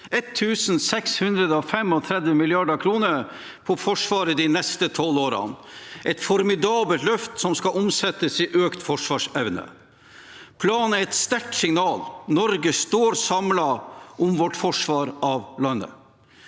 1 635 mrd. kr på Forsvaret de neste tolv årene – et formidabelt løft som skal omsettes i økt forsvarsevne. Planen er et sterkt signal: Norge står samlet om vårt forsvar av landet.